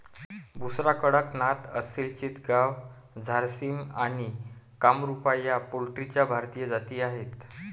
बुसरा, कडकनाथ, असिल चितगाव, झारसिम आणि कामरूपा या पोल्ट्रीच्या भारतीय जाती आहेत